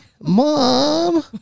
mom